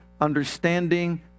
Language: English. understanding